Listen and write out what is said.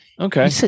Okay